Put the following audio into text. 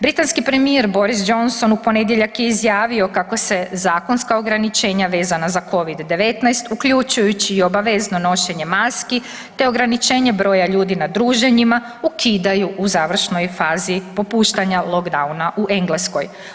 Britanski premijer Boris Johnson u ponedjeljak je izjavio kako se zakonska ograničenja vezana za Covid-19 uključujući i obavezno nošenje maski te ograničenje broja ljudi na druženjima, ukidaju u završnoj fazi popuštanja lockdowna u Engleskoj.